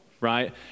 right